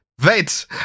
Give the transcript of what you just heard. Wait